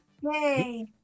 Yay